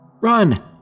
Run